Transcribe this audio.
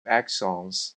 axons